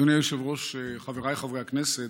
אדוני היושב-ראש, חבריי חברי הכנסת,